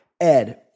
Ed